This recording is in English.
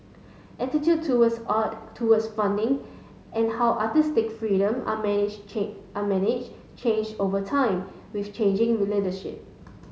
attitude towards art towards funding and how artistic freedom are are managed change over time with changing leadership